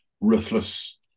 ruthless